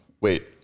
Wait